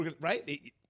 Right